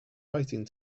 writing